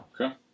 Okay